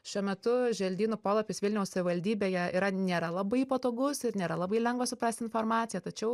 šiuo metu želdynų polapis vilniaus savivaldybėje yra nėra labai patogus ir nėra labai lengva suprast informaciją tačiau